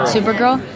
Supergirl